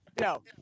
No